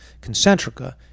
concentrica